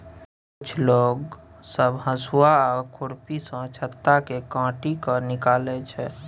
कुछ लोग सब हसुआ आ खुरपी सँ छत्ता केँ काटि केँ निकालै छै